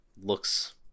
looks